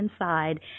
inside